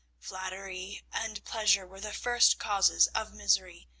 flattery, and pleasure were the first causes of misery,